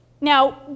Now